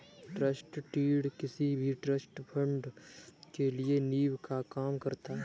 trust deed किसी भी trust fund के लिए नीव का काम करता है